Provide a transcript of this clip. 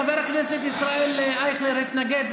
חבר הכנסת ישראל אייכלר התנגד,